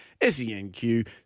SENQ